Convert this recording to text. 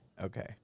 Okay